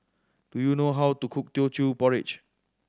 do you know how to cook Teochew Porridge